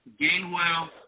Gainwell